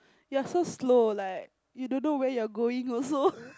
you're so slow like you don't know where your going also